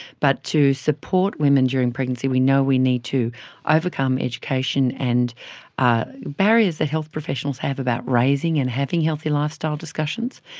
but to support women during pregnancy we know we need to overcome education and ah barriers that health professionals have about raising and having healthy lifestyle discussions,